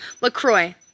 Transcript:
LaCroix